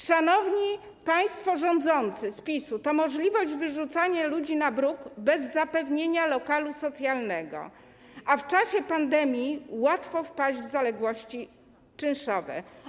Szanowni państwo rządzący z PiS-u, to możliwość wyrzucania ludzi na bruk bez zapewnienia lokalu socjalnego, a w czasie pandemii łatwo wpaść w zaległości czynszowe.